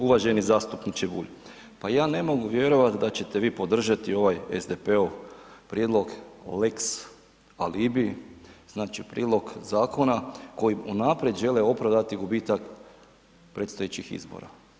Uvaženi zastupniče Bulj, pa ja ne mogu vjerovat da ćete vi podržati ovaj SDP-ov prijedlog lex alibi, znači prilog zakona koji unaprijed želi opravdati gubitak predstojećih izbora.